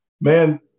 Man